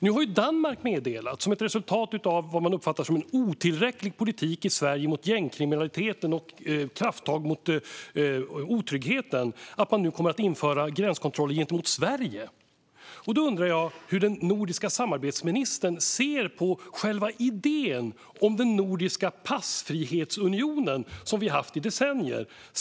Nu har Danmark meddelat att man, som ett resultat av vad man uppfattar som en otillräcklig politik i Sverige mot gängkriminaliteten och för krafttag mot otryggheten, kommer att införa gränskontroller gentemot Sverige. Då undrar jag hur den nordiska samarbetsministern ser på själva idén om den nordiska passfrihetsunionen, som vi har haft i decennier.